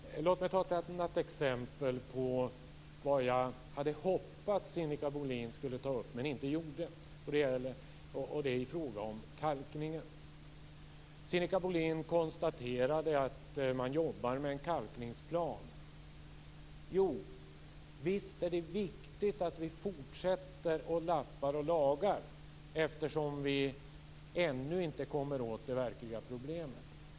Fru talman! Låt mig ta ett annat exempel på vad jag hade hoppats att Sinikka Bohlin skulle ta upp men inte gjorde, och det i fråga om kalkningen. Sinikka Bohlin konstaterade att man jobbar med en kalkningsplan. Visst är det viktigt att vi fortsätter att lappa och laga eftersom vi ännu inte kommer åt det verkliga problemet.